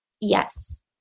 Yes